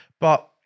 But-